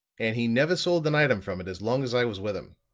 and he never sold an item from it as long as i was with him.